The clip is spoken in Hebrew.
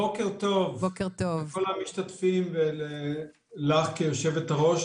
בוקר טוב לכל המשתתפים ולך כיושבת הראש,